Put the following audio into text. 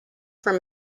from